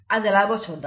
అదెలాగో చూద్దాం